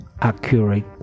accurate